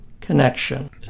connection